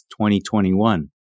2021